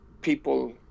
people